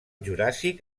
juràssic